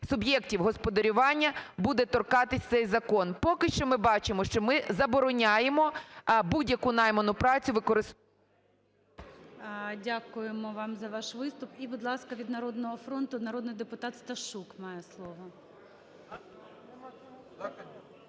суб'єктів господарювання буде торкатись цей закон. Поки що ми бачимо, що ми забороняємо будь-яку найману працю використовувати… ГОЛОВУЮЧИЙ. Дякуємо вам за ваш виступ. І будь ласка, від "Народного фронту" народний депутат Сташук має слово.